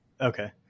Okay